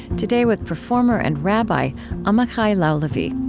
today with performer and rabbi amichai lau-lavie